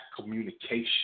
communication